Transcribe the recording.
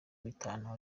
bitanu